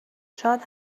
شاد